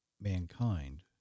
mankind